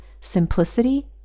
simplicity